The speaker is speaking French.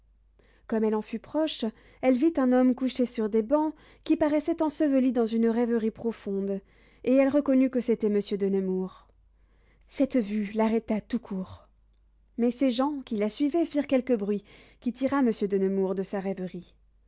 comme elle en fut proche elle vit un homme couché sur des bancs qui paraissait enseveli dans une rêverie profonde et elle reconnut que c'était monsieur de nemours cette vue l'arrêta tout court mais ses gens qui la suivaient firent quelque bruit qui tira monsieur de nemours de sa rêverie